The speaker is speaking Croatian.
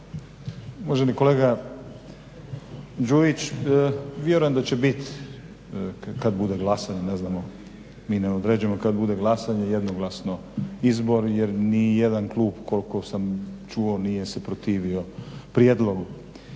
Uvaženi kolega Đujić, vjerujem da će biti kada bude glasanje, ne znamo, mi ne određujemo kada bude glasanja, jednoglasno izbor jer ni jedan klub koliko sam čuo nije se protivio prijedlogu.